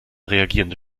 reagierende